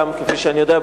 כפי שאני יודע,